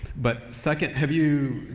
but, second have you,